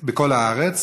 בכל הארץ.